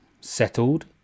settled